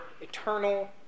eternal